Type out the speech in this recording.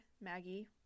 Maggie